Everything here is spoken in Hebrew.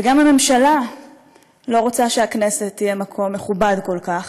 וגם הממשלה לא רוצה שהכנסת תהיה מקום מכובד כל כך,